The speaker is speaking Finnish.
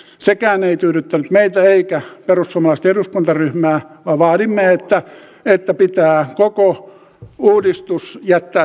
sekään ei tyydytä meitä eikä jaro somasti eduskuntaryhmää vaan vaadimme että näitä pitää koko uudistus jättää